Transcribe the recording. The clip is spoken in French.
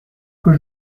que